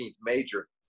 major